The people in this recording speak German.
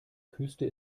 küste